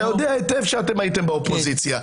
אתה יודע היטב שאתם הייתם באופוזיציה.